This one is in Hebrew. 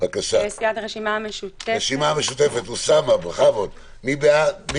הסתייגות מס' 5. מי בעד ההסתייגות?